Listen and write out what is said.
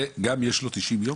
זה, גם יש לו 90 יום?